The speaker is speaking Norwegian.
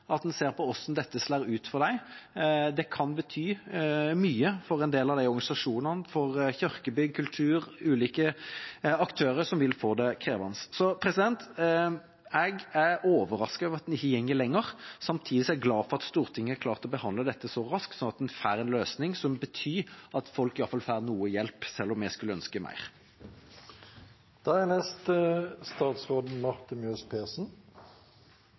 at en ser på hvordan dette slår ut for frivilligheten. Det kan bety mye for en del av de organisasjonene, for kirkebygg, kultur og ulike aktører som vil få det krevende. Jeg er overrasket over at en ikke går lenger. Samtidig er jeg glad for at Stortinget har klart å behandle dette så raskt, sånn at en får en løsning som betyr at folk iallfall får noe hjelp, selv om jeg skulle ønske